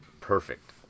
perfect